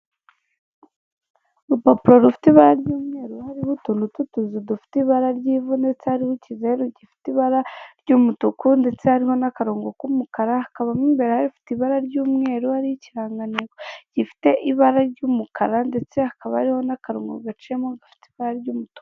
Urupapuro rufite ibara ry'umweru hariho utuntu tw'utuzu dufite ibara ry'ivu ndetse hariho ikizeru gifite ibara ry'umutuku ndetse harimo n'akarongo k'umukara, hakaba mo imbere rifite ibara ry'umweru hariho n'ikirangantego gifite ibara ry'umukara ndetse hakaba hariho n'akarongo gaciyemo gafite ibara ry'umutuku.